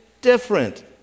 different